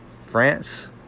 France